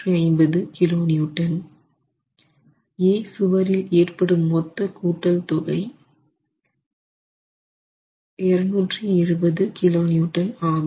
A சுவரில் ஏற்படும் மொத்த கூட்டல் தொகை ஆகும்